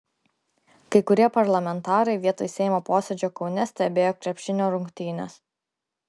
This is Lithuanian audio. kai kurie parlamentarai vietoj seimo posėdžio kaune stebėjo krepšinio rungtynes